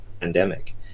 pandemic